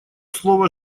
слово